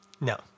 No